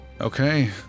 Okay